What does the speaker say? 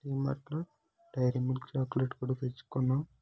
డీమార్ట్లో Dairy Milk chocolate కూడా తెచ్చుకున్నాము